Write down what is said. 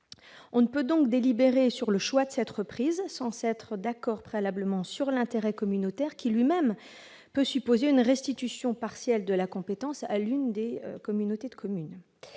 On ne peut donc délibérer sur le choix de la reprise, sans être d'accord au préalable sur l'intérêt communautaire, qui lui-même peut supposer une restitution partielle de la compétence. En outre, un